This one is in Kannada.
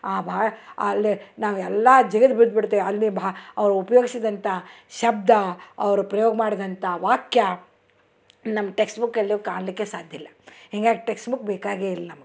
ಆ ಬಾ ಅಲ್ಲಿ ನಾವು ಎಲ್ಲ ಜಿಗಿದ್ ಬಿದ್ಬಿಡ್ತೇವೆ ಅಲ್ಲಿ ಭಾ ಅವ್ರು ಊಪ್ಯೋಗ್ಸಿದಂಥ ಶಬ್ದ ಅವರು ಪ್ರಯೋಗ ಮಾಡಿದಂಥ ವಾಕ್ಯ ನಮ್ಮ ಟೆಕ್ಸ್ಬುಕ್ಕಲ್ಲೂ ಕಾಣಲಿಕ್ಕೆ ಸಾಧ್ಯಿಲ್ಲ ಹಿಂಗಾಗಿ ಟೆಕ್ಸ್ಬುಕ್ ಬೇಕಾಗೇ ಇಲ್ಲ ನಮಗೆ